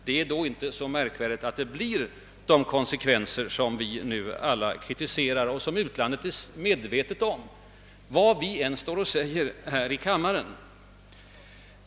Då är det inte så märkvärdigt att konsekvenserna blir de som vi nu kritiserar och vilka utlandet är medvetet om, vad vi än står och säger eller förtiger här i kammaren.